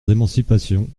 d’émancipation